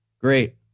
Great